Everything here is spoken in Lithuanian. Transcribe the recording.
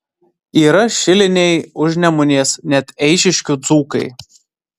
yra šiliniai užnemunės net eišiškių dzūkai